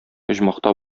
оҗмахта